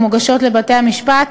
המוגשות לבתי-המשפט,